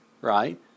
right